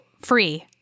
free